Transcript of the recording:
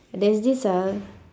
there's this uh